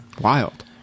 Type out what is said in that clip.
Wild